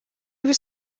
was